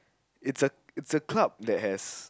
it's a club that has